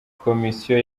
komisiyo